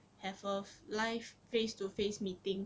have a live face to face meeting